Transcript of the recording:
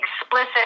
explicit